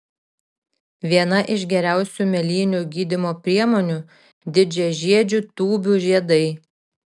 viena iš geriausių mėlynių gydymo priemonių didžiažiedžių tūbių žiedai